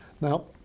Now